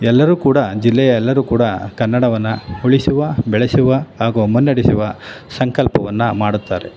ಎಲ್ಲರೂ ಕೂಡ ಜಿಲ್ಲೆಯ ಎಲ್ಲರೂ ಕೂಡ ಕನ್ನಡವನ್ನು ಉಳಿಸುವ ಬೆಳೆಸುವ ಹಾಗೂ ಮುನ್ನಡೆಸುವ ಸಂಕಲ್ಪವನ್ನು ಮಾಡುತ್ತಾರೆ